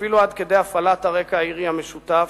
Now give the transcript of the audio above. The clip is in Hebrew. אפילו עד כדי הפעלת הרקע האירי המשותף,